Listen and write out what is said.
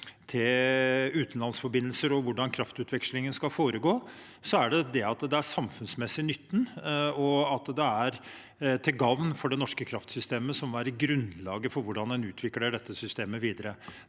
til utenlandsforbindelser og hvordan kraftutvekslingen skal foregå, at det er den samfunnsmessige nytten, og at det er til gagn for det norske kraftsystemet, som må være grunnlaget for hvordan en utvikler dette systemet videre.